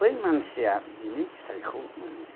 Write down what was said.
बै मानसिया बेनि फिथाइखौ मोनो